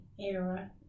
era